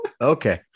Okay